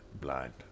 blind